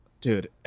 Dude